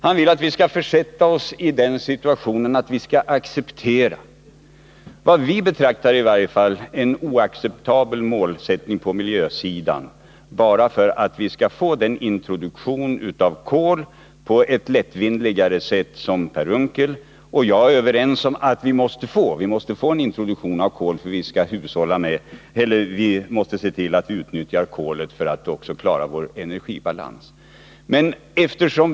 Han vill att vi skall försätta oss i den situationen att vi godtar det som i varje fall vi betraktar som en oacceptabel målsättning på miljösidan, bara för att vi på ett lättvindigare sätt skall få den introduktion av kol som Per Unckel och jag är överens om behövs.